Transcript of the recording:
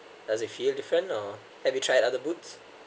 does it feel different or have you tried other boots